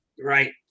Right